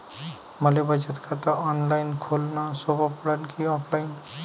मले बचत खात ऑनलाईन खोलन सोपं पडन की ऑफलाईन?